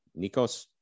nikos